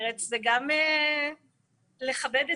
אנחנו רוצים להיות חלק מהקבוצה הזאת ולראות.